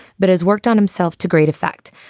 but has worked on himself to great effect.